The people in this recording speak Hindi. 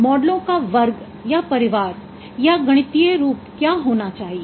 मॉडलों का वर्ग या परिवार का गणितीय रूप क्या होना चाहिए